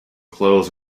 clothes